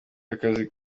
akazi